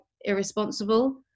irresponsible